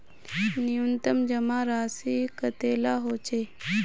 न्यूनतम जमा राशि कतेला होचे?